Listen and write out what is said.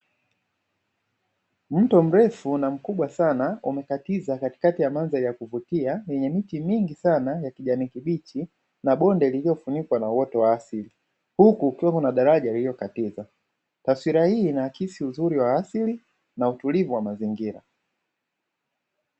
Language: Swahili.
Mto mrefu na mkubwa sana umekatiza katikati ya mandhari ya kuvutia yenye miti mingi sana ya kijani kibichi na bonde liliofunikwa na uoto wa asili huku kukiwa na daraja lililokatiza; taswira hii inaakisi uzuri wa asili na utulivu wa mazingira.